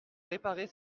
réparer